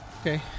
Okay